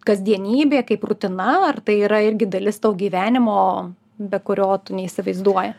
kasdienybė kaip rutina ar tai yra irgi dalis to gyvenimo be kurio tu neįsivaizduoji